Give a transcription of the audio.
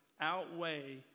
outweigh